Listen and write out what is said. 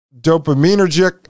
dopaminergic